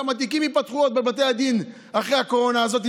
כמה תיקים ייפתחו עוד בבתי הדין אחרי הקורונה הזאת,